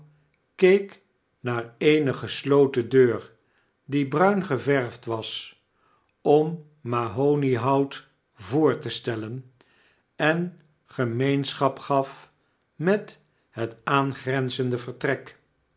keek naar eene gesloten deur die bruin geverfd was om mahoniehout voor te stellen en gemeenschap gaf met het aangrenzende vertrek